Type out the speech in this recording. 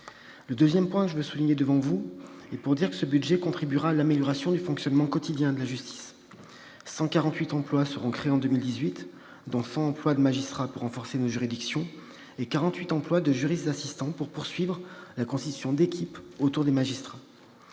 Le deuxième point de mon intervention consiste à souligner que ce budget contribuera à l'amélioration du fonctionnement quotidien de la justice : 148 emplois seront créés en 2018, dont 100 emplois de magistrat pour renforcer nos juridictions et 48 emplois de juriste assistant pour poursuivre la constitution d'équipes autour du magistrat.